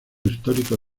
histórico